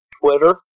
Twitter